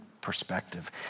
perspective